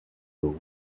though